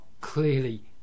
clearly